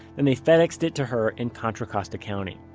then they fedexed it to her in contra costa county.